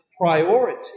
priority